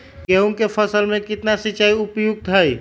गेंहू के फसल में केतना सिंचाई उपयुक्त हाइ?